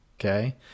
okay